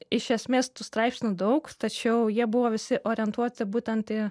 iš esmės tų straipsnių daug tačiau jie buvo visi orientuoti būtent į